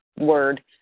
word